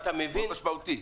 אתה מבין?